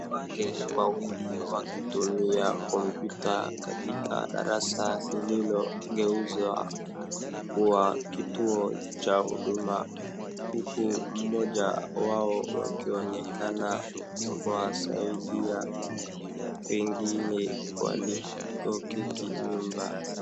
Wake wawili wakitumia computer katika darasa lililogeuzwa kuwa kituo cha huduma, huku mmoja wao akionekana kusaidia wengine walioketi nyuma.